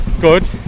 good